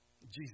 Jesus